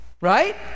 right